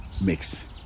mix